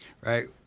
right